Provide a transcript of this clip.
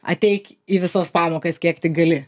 ateik į visas pamokas kiek tik gali